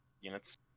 units